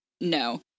no